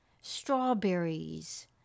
strawberries